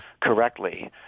correctly